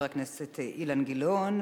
חבר הכנסת אילן גילאון.